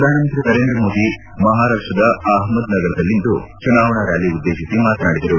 ಪ್ರಧಾನಿ ನರೇಂದ್ರ ಮೋದಿ ಮಪಾರಾಷ್ಟ ಅಪಮದ್ ನಗರದಲ್ಲಿಂದು ಚುನಾವಣಾ ರ್ಕಾಲಿ ಉದ್ದೇಶಿಸಿ ಮಾತನಾಡಿದರು